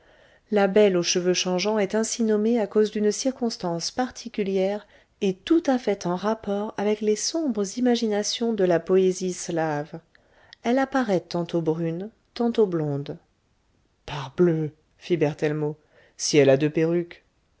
la belle aux cheveux changeants est ainsi nommée à cause d'une circonstance particulière et tout à fait en rapport avec les sombres imaginations de la poésie slave elle apparaît tantôt brune tantôt blonde parbleu fit berthellemot si elle a deux perruques